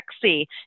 sexy